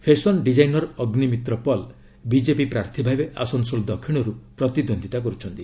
fashion designer Agnimitra Paul BJP ପ୍ରାର୍ଥୀ ଭାବେ ଆସନସୋଲ ଦକ୍ଷିଣରୁ ପ୍ରତିଦ୍ୱନ୍ଦ୍ୱିତା କରୁଛନ୍ତି